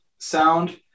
sound